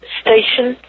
station